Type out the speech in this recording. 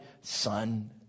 Son